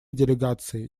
делегации